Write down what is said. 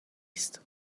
است